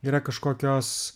yra kažkokios